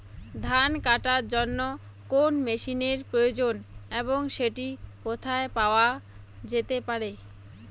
ধান কাটার জন্য কোন মেশিনের প্রয়োজন এবং সেটি কোথায় পাওয়া যেতে পারে?